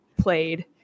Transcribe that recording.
played